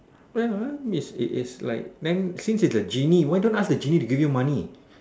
well ah it is like bank since it is a genie why don't ask the genie to give you money